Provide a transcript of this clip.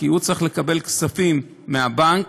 כי הוא צריך לקבל כספים מהבנק,